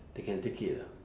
they can take it ah